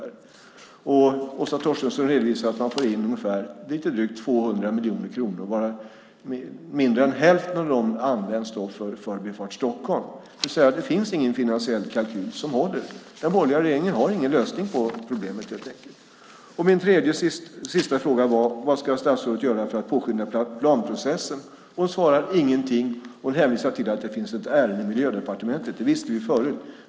Åsa Torstensson redovisar att man får in ungefär lite drygt 200 miljoner kronor, varav mindre än hälften används för Förbifart Stockholm. Det vill säga: Det finns ingen finansiell kalkyl som håller. Den borgerliga regeringen har helt enkelt ingen lösning på problemet. Min tredje och sista fråga var: Vad ska statsrådet göra för att påskynda planprocessen? Hon svarar inte. Hon hänvisar till att det finns ett ärende i Miljödepartementet. Det visste vi förut.